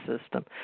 system